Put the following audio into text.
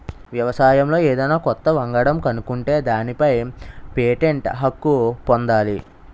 వ్యవసాయంలో ఏదన్నా కొత్త వంగడం కనుక్కుంటే దానిపై పేటెంట్ హక్కు పొందాలి